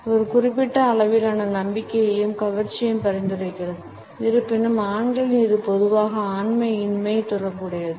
இது ஒரு குறிப்பிட்ட அளவிலான நம்பிக்கையையும் கவர்ச்சியையும் பரிந்துரைக்கிறது இருப்பினும் ஆண்களில் இது பொதுவாக ஆண்மை இன்மை தொடர்புடையது